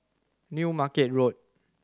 New Market Road